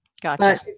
Gotcha